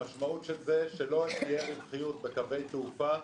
המשמעות של זה שלא תהיה רווחיות בקווי תעופה.